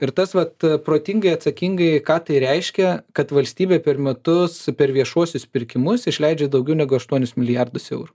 ir tas vat protingai atsakingai ką tai reiškia kad valstybė per metus per viešuosius pirkimus išleidžia daugiau negu aštuonis milijardus eurų